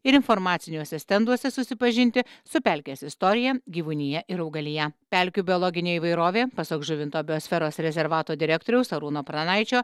ir informaciniuose stenduose susipažinti su pelkės istorija gyvūnija ir augalija pelkių biologinė įvairovė pasak žuvinto biosferos rezervato direktoriaus arūno pranaičio